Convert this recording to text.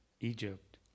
Egypt